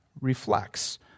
reflects